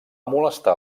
molestar